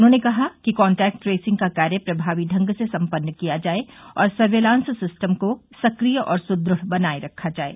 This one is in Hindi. उन्होंने कहा कि कान्टैक्ट ट्रेसिंग का कार्य प्रभावी ढंग से सम्पन्न किया जाये और सर्विलांस सिस्टम को सक्रिय और सुद्रढ़ बनाये रखा जाये